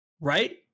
right